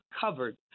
covered